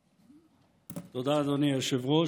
תודה, אדוני היושב-ראש.